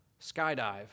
skydive